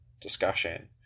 discussion